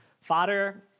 fodder